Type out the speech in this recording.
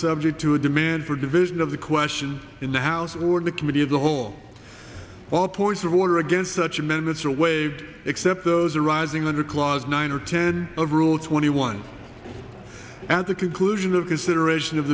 subject to a demand for division of the question in the house or the committee of the whole all points of order against such amendments are waived except those arising under clause nine or ten of rule twenty one at the conclusion of consideration of